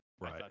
Right